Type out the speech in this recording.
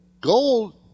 Gold